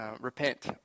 repent